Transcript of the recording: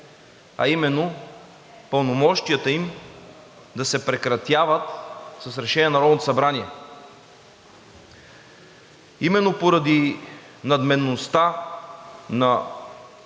а именно пълномощията им да се прекратяват с решение на Народното събрание. Именно поради надменността на